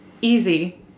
Easy